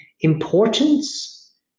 importance